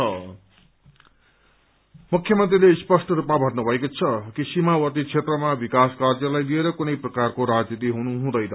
CM बोडर मुख्यमन्त्रीले स्पष्ट स्पमा भन्नुभएको छ कि सीमावर्त्ती क्षेत्रमा विकास कार्यलाई लिएर कुनै प्रकारको राजनीति हुनु हुँदैन